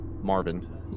Marvin